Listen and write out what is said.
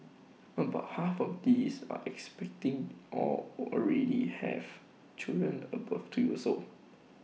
about half of these are expecting or already have children above to your soul